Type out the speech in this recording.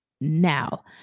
Now